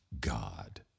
God